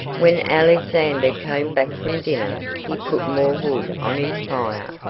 when alexander came back from dinner he put more wood on his fire,